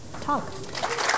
talk